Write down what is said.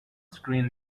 screen